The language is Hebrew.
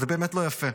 זה באמת לא יפה.